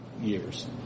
years